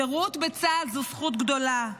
שירות בצה"ל זה זכות גדולה.